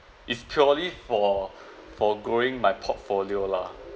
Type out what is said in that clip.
it's purely for forgoing my portfolio lah